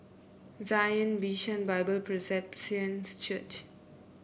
Zion Bishan Bible Presbyterian Church